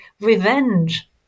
revenge